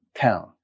town